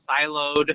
siloed